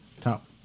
Top